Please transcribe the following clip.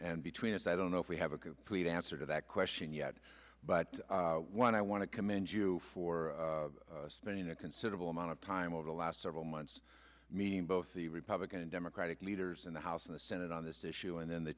and between us i don't know if we have a complete answer to that question yet but one i want to commend you for spending a considerable amount of time over the last several months meeting both the republican and democratic leaders in the house and the senate on this issue and then the